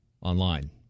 online